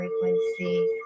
frequency